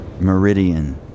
Meridian